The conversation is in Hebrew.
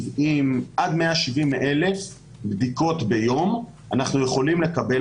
בערב יום כיפור אנחנו נעבוד עד השעה 12:00. אנחנו מנסים